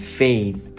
faith